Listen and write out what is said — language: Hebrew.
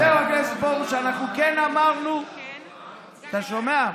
אבל חבר הכנסת פרוש, אנחנו כן אמרנו, אתה שומע?